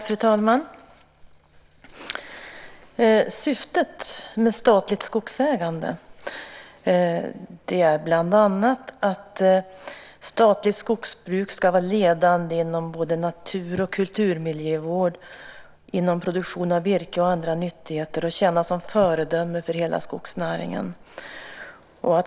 Fru talman! Syftet med statligt skogsägande är bland annat att statligt skogsbruk ska vara ledande inom både natur och kulturmiljövård, inom produktion av virke och andra nyttigheter och tjäna som föredöme för hela skogsnäringen.